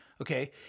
Okay